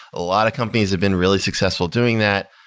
a lot of companies have been really successful doing that.